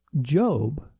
Job